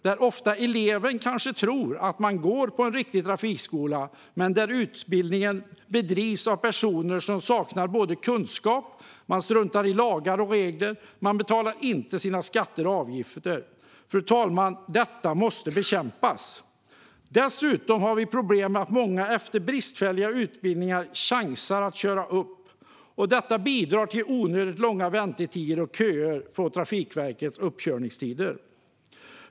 Ofta kan eleven tro att man går på en riktig trafikskola, men utbildningen bedrivs av personer som saknar kunskap, struntar i lagar och regler samt inte betalar skatter och avgifter. Fru talman! Detta måste bekämpas. Dessutom finns problem med att många elever efter bristfälliga utbildningar chansar med att köra upp. Detta bidrar till onödigt långa väntetider och köer till Trafikverkets uppkörningstider.